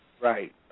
Right